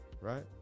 right